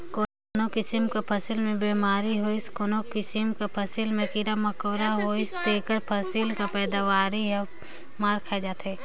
कोनो किसिम कर फसिल में बेमारी होइस कोनो किसिम कर फसिल में कीरा मकोरा होइस तेकर फसिल कर पएदावारी हर मार खाए जाथे